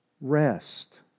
rest